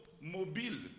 mobile